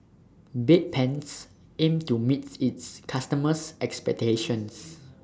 Bedpans aims to meet its customers' expectations